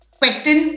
question